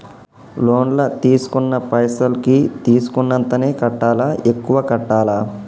Loan లా తీస్కున్న పైసల్ కి తీస్కున్నంతనే కట్టాలా? ఎక్కువ కట్టాలా?